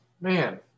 Man